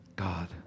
God